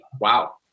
wow